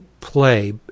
play